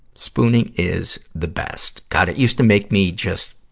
spooning is the best. god, it used to make me just,